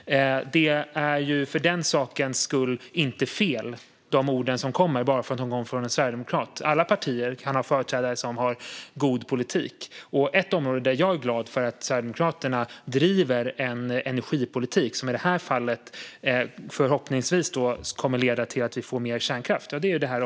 För den sakens skull behöver inte de ord som kommer vara fel bara för att de kommer från en sverigedemokrat. Alla partier kan ha företrädare med god politik. Jag är glad att Sverigedemokraterna driver en energipolitik som förhoppningsvis kommer att leda till att vi får mer kärnkraft.